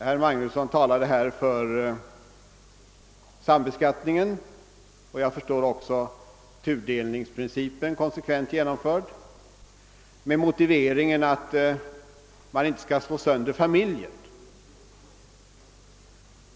Herr Magnusson i Borås talade för sambeskattningen och, såvitt jag förstår, också för tudelningsprincipens fullständiga genomförande, och detta med motiveringen att man inte skall slå sönder familjen.